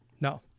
No